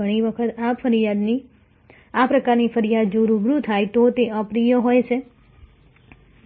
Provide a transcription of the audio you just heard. ઘણી વખત આ પ્રકારની ફરિયાદ જો રૂબરૂ થાય તો તે અપ્રિય હોય છે